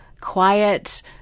quiet